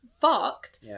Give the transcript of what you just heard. Fucked